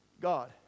God